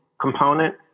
component